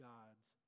God's